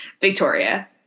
victoria